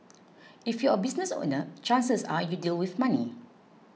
if you're a business owner chances are you deal with money